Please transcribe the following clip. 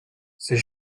ses